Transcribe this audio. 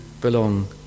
belong